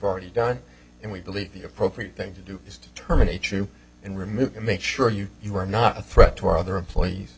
already done and we believe the appropriate thing to do is determine a true and remove make sure you you are not a threat to our other employees